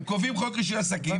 הם קובעים חוק רישוי עסקים.